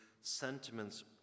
sentiments